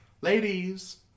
Ladies